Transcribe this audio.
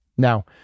Now